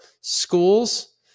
schools